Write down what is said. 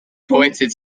pointed